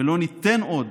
ולא ניתן עוד